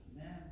Amen